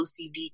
OCD